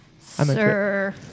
sir